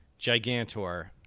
Gigantor